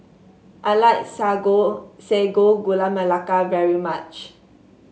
I like Sago Gula Melaka very much